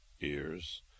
ears